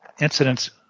incidents